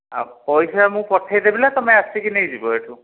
ଆଉ ପଇସା ମୁଁ ପଠାଇଦେବି ନା ତୁମେ ଆସିକି ନେଇଯିବ ଏଠୁ